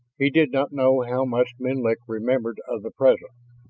he did not know how much menlik remembered of the present.